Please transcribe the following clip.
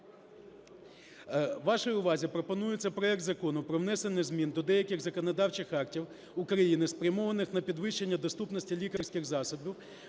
Вашій увазі пропонується проект Закону про внесення змін до деяких законодавчих актів України, спрямованих на підвищення доступності лікарських засобів,